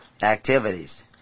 activities